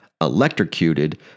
electrocuted